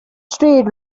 street